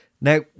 now